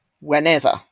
whenever